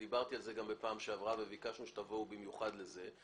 דיברתי על זה גם בישיבה הקודמת וביקשנו שתבואו במיוחד להתייחס לזה.